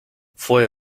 fue